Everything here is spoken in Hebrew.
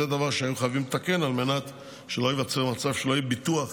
זה דבר שהיו חייבים לתקן על מנת שלא ייווצר מצב שאין ביטוח